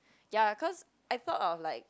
ya cause I thought of like